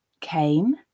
came